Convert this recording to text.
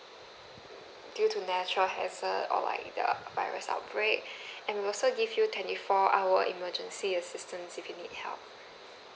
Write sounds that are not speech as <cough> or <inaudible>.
due to natural hazard or like the virus outbreak <breath> and we'll also give you twenty four hour emergency assistance if you need help